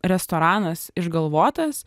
restoranas išgalvotas